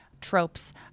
Tropes